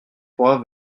pourras